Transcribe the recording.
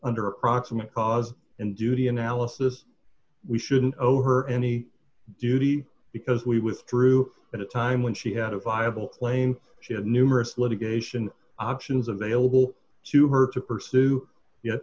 nder a proximate cause and duty analysis we shouldn't over her any duty because we withdrew at a time when she had a viable claim she had numerous litigation options available to her to pursue yet